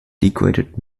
degraded